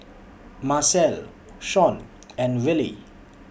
Marcelle Shon and Rillie